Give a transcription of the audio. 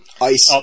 ice